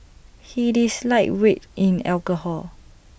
he is lightweight in alcohol